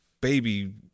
baby